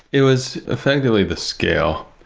it was effectively the scale.